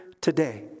today